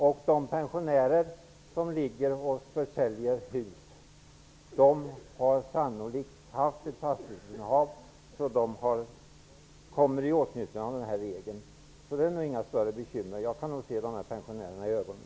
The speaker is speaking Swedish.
De pensionärer som försäljer hus har sannolikt haft ett fastighetsinnehav. De kommer i åtnjutande av den här regeln. Det är nog inga större bekymmer, jag kan nog se de här pensionärerna i ögonen.